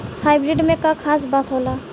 Hybrid में का खास बात होला?